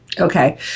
Okay